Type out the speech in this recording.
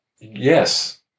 yes